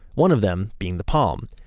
one of them being the palm.